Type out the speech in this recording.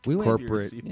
corporate